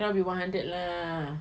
cannot be one hundred lah